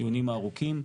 הדיונים הארוכים,